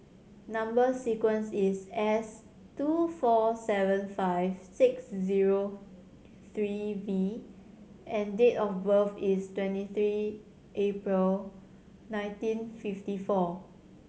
number sequence is S two four seven five six zero three V and date of birth is twenty three April nineteen fifty four